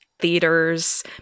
theaters